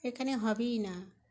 এখানে হবেই না